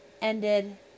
ended